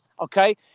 okay